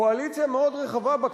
קואליציה מאוד רחבה בכנסת,